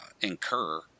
incur